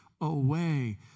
away